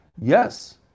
yes